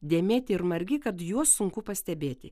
dėmėti ir margi kad juos sunku pastebėti